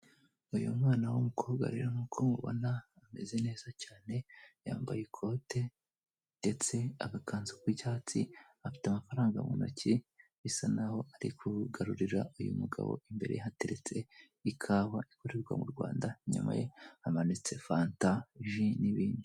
Uyu mwana w'umukobwa rero nkuko mumubona ameze neza cyane yambaye ikote ndetse n'agakanzu k'icyatsi afite amafaranga mu ntoki bisa naho ari kugarurira uyu mugabo, imbere ye hateretse ikawa ikorerwa mu Rwanda, inyuma ye hamanitse fanta, jus n'ibindi.